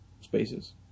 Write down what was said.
spaces